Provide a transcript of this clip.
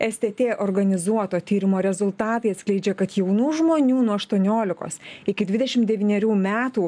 stt organizuoto tyrimo rezultatai atskleidžia kad jaunų žmonių nuo aštuoniolikos iki dvidešim devynerių metų